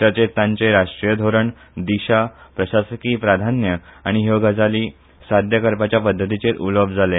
चर्चेत तांचे राष्ट्रीय धोरण दीशा प्रशासकी प्राधान्य आनी ह्यो गजाली साद्य करपाच्या पद्दतीचेर उलोवप जाले